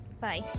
Bye